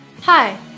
Hi